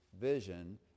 vision